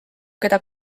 keda